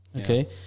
okay